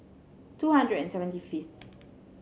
two hundred and seventy fifth